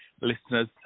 listeners